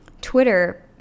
Twitter